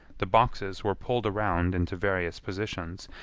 the boxes were pulled around into various positions,